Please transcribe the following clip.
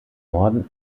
norden